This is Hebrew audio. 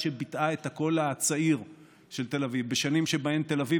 שביטאה את הקול הצעיר של תל אביב בשנים שבהן תל אביב,